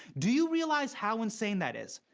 do you realize how insane that is?